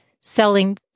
selling